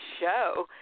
show